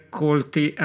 colti